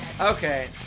Okay